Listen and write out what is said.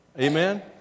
Amen